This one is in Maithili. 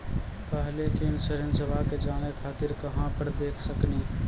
पहले के इंश्योरेंसबा के जाने खातिर कहां पर देख सकनी?